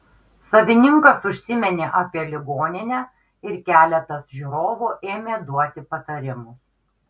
savininkas užsiminė apie ligoninę ir keletas žiūrovų ėmė duoti patarimus